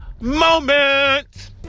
moment